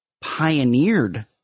pioneered